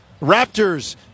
Raptors